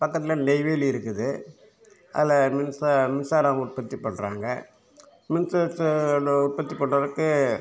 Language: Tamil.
பக்கத்தில் நெய்வேலி இருக்குது அதில் மின்சா மின்சாரம் உற்பத்தி பண்ணுறாங்க மின்சாரத்தை அதில் உற்பத்தி பண்ணுறதுக்கு